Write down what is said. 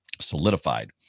solidified